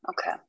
okay